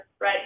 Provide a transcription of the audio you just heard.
right